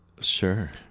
sure